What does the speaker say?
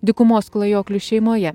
dykumos klajoklių šeimoje